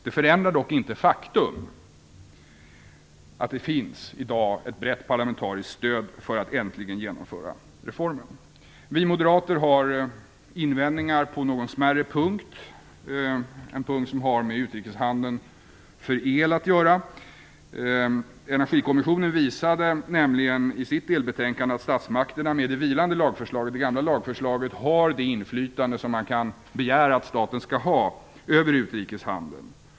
Det förändrar dock inte faktum: Det finns i dag ett brett parlamentariskt stöd för att äntligen genomföra reformen. Vi moderater har invändningar på en mindre punkt som har med utrikeshandeln med el att göra. Energikommissionen visade nämligen i sitt delbetänkande att statsmakterna med det gamla, vilande lagförslaget har det inflytande över utrikeshandeln som man kan begära att staten skall ha.